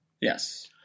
Yes